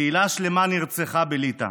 קהילה שלמה נרצחה בליטא.